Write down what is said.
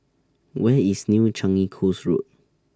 Where IS New Changi Coast Road